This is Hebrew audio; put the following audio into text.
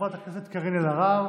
חברת הכנסת קארין אלהרר.